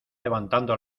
levantando